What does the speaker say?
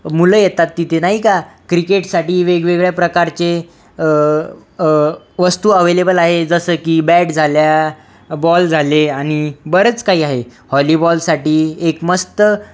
मुले येतात तिथे नाही का क्रिकेटसाठी वेगवेगळ्या प्रकारचे वस्तू अवेलेबल आहे जसं की बॅट झाल्या बॉल झाले आणि बरंच काही आहे हॉलीबॉलसाठी एक मस्त